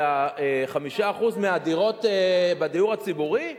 ו-5% מהדירות בדיור הציבורי,